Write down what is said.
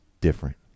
different